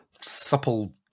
supple